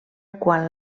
quan